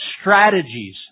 strategies